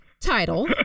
title